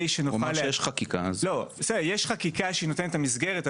יש חקיקה שנותנת את המסגרת,